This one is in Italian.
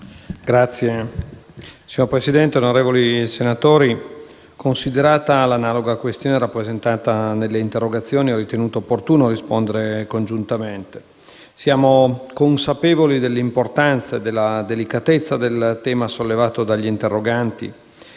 forestali*. Signora Presidente, onorevoli senatori, considerata l'analoga questione rappresentata nelle interrogazioni, ho ritenuto opportuno rispondere congiuntamente. Siamo consapevoli dell'importanza e della delicatezza del tema sollevato dagli interroganti,